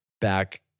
back